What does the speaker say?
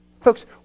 Folks